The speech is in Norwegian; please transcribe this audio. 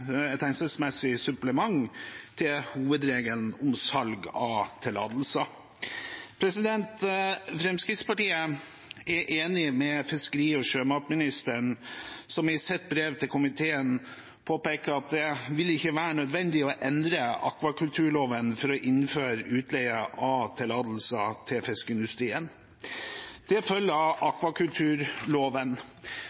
supplement til hovedregelen om salg av tillatelser. Fremskrittspartiet er enig med fiskeri- og sjømatministeren, som i sitt brev til komiteen påpeker at det ikke vil være nødvendig å endre akvakulturloven for å innføre utleie av tillatelser til fiskeindustrien. Det følger av